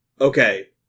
Okay